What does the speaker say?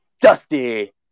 Dusty